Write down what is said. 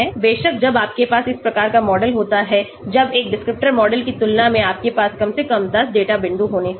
बेशक जब आपके पास इस प्रकार का मॉडल होता है जब एक डिस्क्रिप्टर मॉडल की तुलना में आपके पास कम से कम 10 डेटा बिंदु होने चाहिए